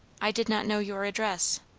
i did not know your address,